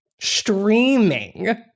streaming